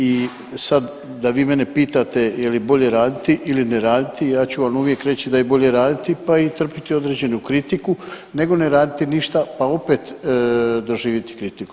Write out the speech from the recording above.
I sad da vi mene pitate je li bolje raditi ili ne raditi ja ću vam uvijek reći da je bolje raditi i trpiti određenu kritiku nego ne raditi ništa pa opet doživiti kritiku.